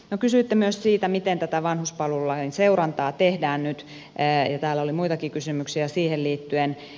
no kysyitte myös siitä miten tätä vanhuspalvelulain seurantaa tehdään nyt ja täällä oli muitakin kysymyksiä siihen liittyen